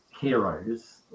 heroes